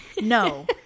no